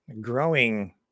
growing